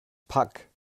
pack